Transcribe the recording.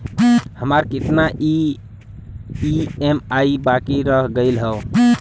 हमार कितना ई ई.एम.आई बाकी रह गइल हौ?